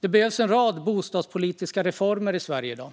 Det behövs en rad bostadspolitiska reformer i dag